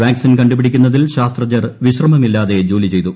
vaccine കണ്ടുപിടിക്കുന്നതിൽ ശാസ്ത്രജ്ഞർ വിശ്രമമില്ലാതെ ജോലി ചെയ്തു